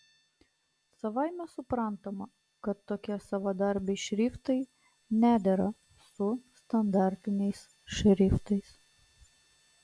savaime suprantama kad tokie savadarbiai šriftai nedera su standartiniais šriftais